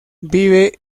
vive